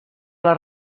les